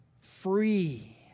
free